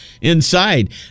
inside